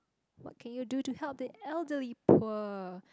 what can you do to help the elderly poor